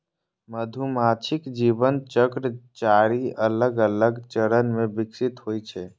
मधुमाछीक जीवन चक्र चारि अलग अलग चरण मे विकसित होइ छै